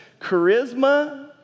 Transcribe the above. charisma